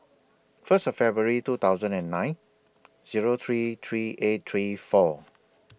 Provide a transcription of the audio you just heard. First February two thousand and nine Zero three three eight three four